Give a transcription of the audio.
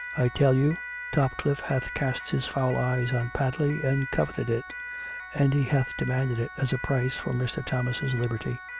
i tell you topcliffe hath cast his foul eyes on padley and coveted it and he hath de manded it as a price for mr. thomas' liberty.